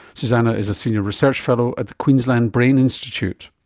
susannah is a senior research fellow at the queensland brain institute.